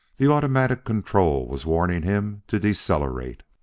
the automatic control was warning him to decelerate.